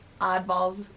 oddballs